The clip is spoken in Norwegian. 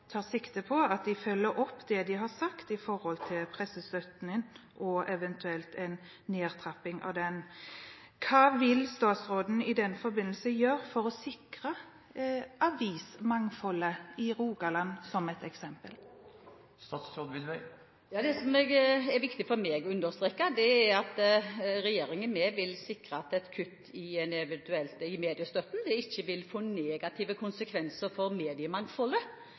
tar sikte på at de følger opp det de har sagt når det gjelder pressestøtten og en eventuell nedtrapping av den. Hva vil statsråden i den forbindelse gjøre for å sikre avismangfoldet i Rogaland, som et eksempel? Det som er viktig for meg å understreke, er at regjeringen vil sikre at et eventuelt kutt i mediestøtten ikke vil få negative konsekvenser for mediemangfoldet